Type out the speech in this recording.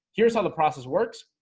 here's how the process works.